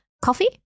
Coffee